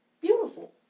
beautiful